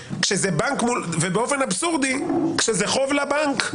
ובאופן אבסורדי, כשזה חוב לבנק,